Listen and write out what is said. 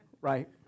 right